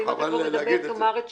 ואם אתה כבר מדבר, תאמר את שמך.